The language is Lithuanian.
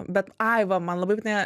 bet ai va man labai patinka